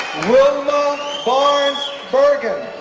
wilma barnes burgon,